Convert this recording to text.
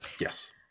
Yes